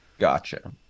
Gotcha